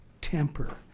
temper